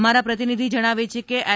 અમારા પ્રતિનિધિ જણાવે છે કે એલ